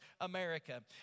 America